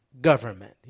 government